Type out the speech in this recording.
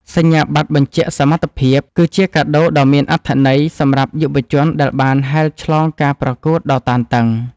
សញ្ញាបត្របញ្ជាក់សមត្ថភាពគឺជាកាដូដ៏មានអត្ថន័យសម្រាប់យុវជនដែលបានហែលឆ្លងការប្រកួតដ៏តានតឹង។